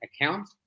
account